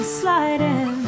sliding